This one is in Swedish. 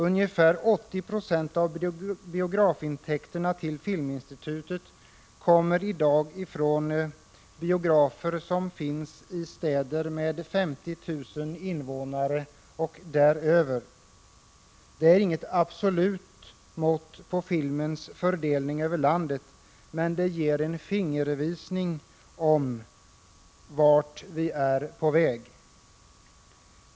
Ungefär 80 90 av biografintäkterna till filminstitutet kommer i dag från biografer som finns i städer med 50 000 invånare och däröver. Det är inget absolut mått på filmens fördelning över landet, men det ger en fingervisning om vart vi är på väg.